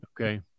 Okay